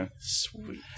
Sweet